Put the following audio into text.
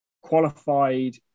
qualified